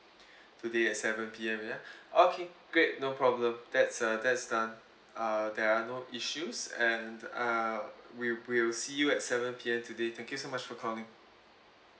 today at seven P_M ya okay great no problem that's uh that's done uh there are no issues and uh we we'll see you at seven P_M today thank you so much for calling